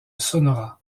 sonora